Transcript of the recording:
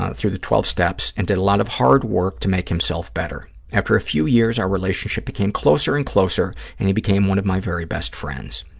ah through the twelve steps and did a lot of hard work to make himself better. after a few years, our relationship became closer and closer, and he became one of my very best friends.